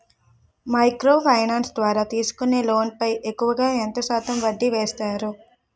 Micro finance ద్వారా తీసుకునే loan పై ఎక్కువుగా ఎంత శాతం వడ్డీ వేస్తారు?